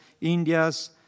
India's